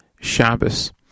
Shabbos